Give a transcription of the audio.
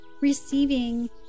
receiving